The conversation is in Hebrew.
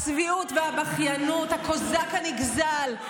הצביעות והבכיינות, הקוזק הנגזל,